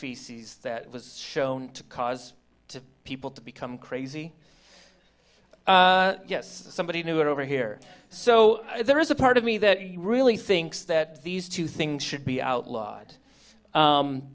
feces that was shown to cause to people to become crazy yes somebody knew it over here so there is a part of me that really thinks that these two things should be outlawed